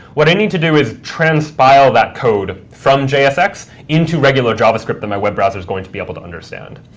what i need to do is transpile that code from jsx into regular javascript that my web browser is going to be able to understand.